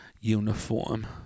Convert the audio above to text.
uniform